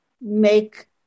make